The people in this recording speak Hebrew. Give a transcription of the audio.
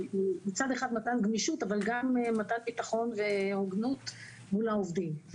מצד אחד מתן גמישות אבל גם מתן ביטחון והוגנות מול העובדים.